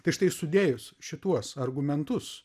tai štai sudėjus šituos argumentus